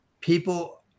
people